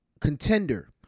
contender